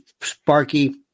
sparky